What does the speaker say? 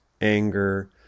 anger